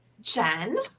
Jen